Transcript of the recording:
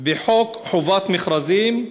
בחוק חובת המכרזים.